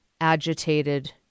agitated